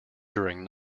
during